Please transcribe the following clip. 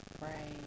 right